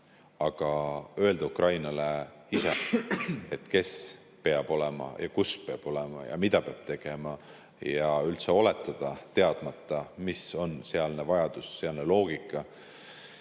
Aga öelda Ukrainale ise, kes peab olema ja kus peab olema ja mida peab tegema, ja üldse oletada, teadmata, mis on sealne vajadus, sealne loogika